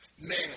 man